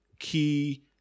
key